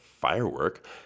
firework